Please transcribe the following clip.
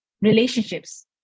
relationships